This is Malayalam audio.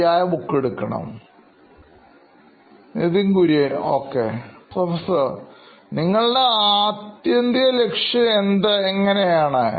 ശരിയായ ബുക്ക് എടുത്തിരിക്കണം Nithin Kurian COO Knoin Electronics Ok Professor നിങ്ങളുടെ ആത്യന്തികലക്ഷ്യം എങ്ങനെയാണ്